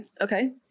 Okay